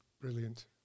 Brilliant